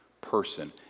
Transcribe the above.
person